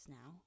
now